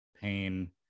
pain